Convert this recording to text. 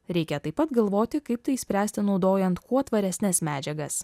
reikia taip pat galvoti kaip tai išspręsti naudojant kuo tvaresnes medžiagas